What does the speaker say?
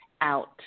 out